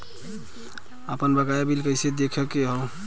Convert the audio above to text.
आपन बकाया बिल कइसे देखे के हौ?